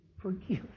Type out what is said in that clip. forgive